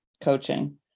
coaching